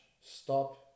stop